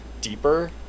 deeper